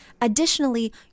Additionally